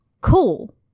Cool